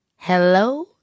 Hello